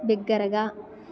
బిగ్గరగా